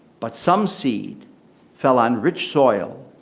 but some seed fell on rich soil,